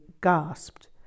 gasped